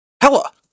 Hella